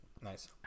Nice